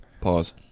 Pause